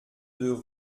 deux